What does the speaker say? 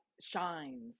shines